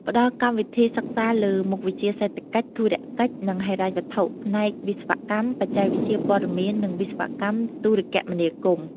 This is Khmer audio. ផ្តល់កម្មវិធីសិក្សាលើមុខវិជ្ជាសេដ្ឋកិច្ច ធុរកិច្ច និងហិរញ្ញវត្ថុ ផ្នែកវិស្វកម្មបច្ចេកវិទ្យាព័ត៌មាន និងវិស្វកម្មទូរគមនាគមន៍។